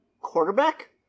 quarterback